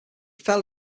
fell